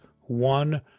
one